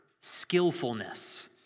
skillfulness